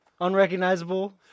Unrecognizable